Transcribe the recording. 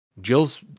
Jill's